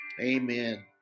Amen